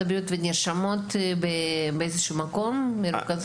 הבריאות ונרשמים ומרוכזים באיזשהו מקום?